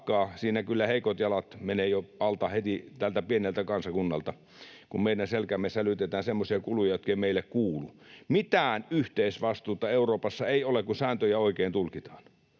Siinä kyllä heikot jalat menevät jo heti alta tältä pieneltä kansakunnalta, kun meidän selkäämme sälytetään semmoisia kuluja, jotka eivät meille kuulu. Mitään yhteisvastuuta Euroopassa ei ole, kun sääntöjä oikein tulkitaan.